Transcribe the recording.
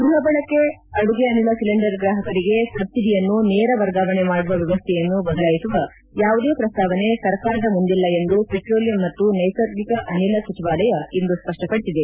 ಗೃಹ ಬಳಕೆ ಅಡುಗೆ ಅನಿಲ ಸಿಲಿಂಡರ್ ಗ್ರಾಹಕರಿಗೆ ಸಬ್ಲಡಿಯನ್ನು ನೇರ ವರ್ಗಾವಣೆ ಮಾಡುವ ವ್ಯವಸ್ಥೆಯನ್ನು ಬದಲಾಯಿಸುವ ಯಾವುದೇ ಪ್ರಸ್ತಾವನೆ ಸರ್ಕಾರದ ಮುಂದಿಲ್ಲ ಎಂದು ಪೆಟ್ರೋಲಿಯಂ ಮತ್ತು ನೈಸರ್ಗಿಕ ಅನಿಲ ಸಚಿವಾಲಯ ಇಂದು ಸ್ಪಷ್ಟಪಡಿಸಿದೆ